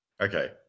Okay